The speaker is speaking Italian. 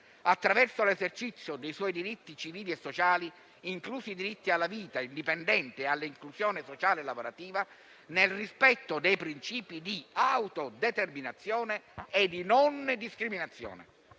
attraverso l'esercizio dei suoi diritti civili e sociali, inclusi i diritti alla vita indipendente e all'inclusione sociale e lavorativa, nel rispetto dei principi di autodeterminazione e di non discriminazione.